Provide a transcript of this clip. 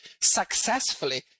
successfully